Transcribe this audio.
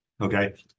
okay